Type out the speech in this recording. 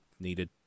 needed